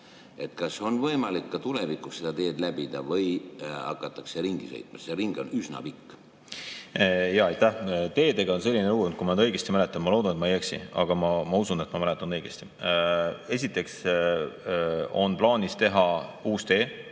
Kas on võimalik ka tulevikus seda teed läbida? Või hakatakse ringi sõitma? See ring on üsna pikk. Aitäh! Teedega on selline lugu, kui ma õigesti mäletan – ma loodan, et ma ei eksi, aga ma usun, et ma mäletan õigesti –, et esiteks on plaanis teha uus tee,